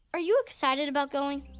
are you excited about going?